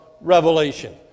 revelation